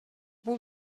бул